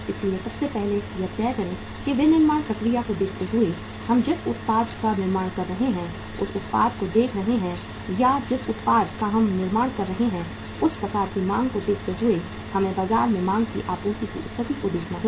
इसलिए सबसे पहले यह तय करें कि विनिर्माण प्रक्रिया को देखते हुए हम जिस उत्पाद का निर्माण कर रहे हैं उस उत्पाद को देख रहे हैं या जिस उत्पाद का हम निर्माण कर रहे हैं उस प्रकार की मांग को देखते हुए हमें बाजार में मांग की आपूर्ति की स्थिति को देखना होगा